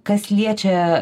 kas liečia